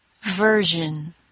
Version